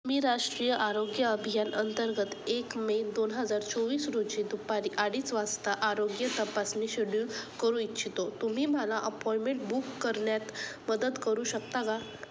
मी राष्ट्रीय आरोग्य अभियान अंतर्गत एक मे दोन हजार चोवीस रोजी दुपारी अडीच वाजता आरोग्य तपासणी शेड्यूल करू इच्छितो तुम्ही मला अपॉइमेंट बुक करण्यात मदत करू शकता का